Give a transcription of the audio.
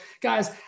guys